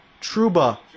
Truba